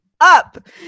up